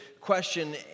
question